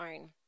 own